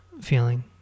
feeling